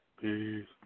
Peace